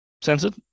censored